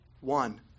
one